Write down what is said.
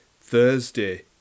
Thursday